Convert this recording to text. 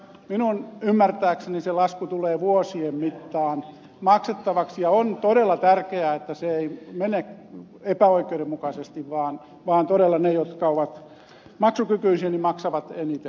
minun ymmärtääkseni se lasku tulee vuosien mittaan maksettavaksi ja on todella tärkeää että se ei mene epäoikeudenmukaisesti vaan todella ne jotka ovat maksukykyisiä maksavat eniten